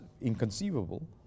inconceivable